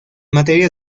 materia